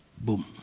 Boom